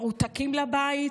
מרותקים לבית,